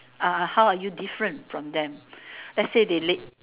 ah how are you different from them let's say they leh